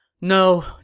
No